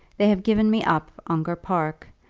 they have given me up ongar park,